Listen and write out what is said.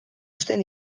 uzten